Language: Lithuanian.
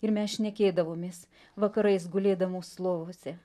ir mes šnekėdavomės vakarais gulėdamos lovose